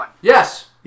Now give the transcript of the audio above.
Yes